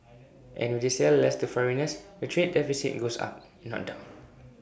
and if they sell less to foreigners the trade deficit goes up not down